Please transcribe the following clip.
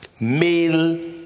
Male